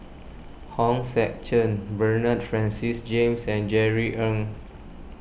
Hong Sek Chern Bernard Francis James and Jerry Ng